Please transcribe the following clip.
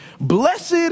Blessed